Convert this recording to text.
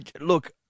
Look